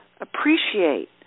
appreciate